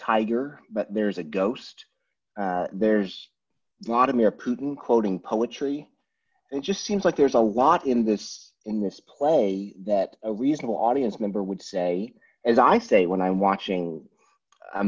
tiger but there's a ghost there's not a mere puton quoting poetry it just seems like there's a lot in this in this play that a reasonable audience member would say as i say when i'm watching a